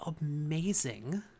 amazing